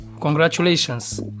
congratulations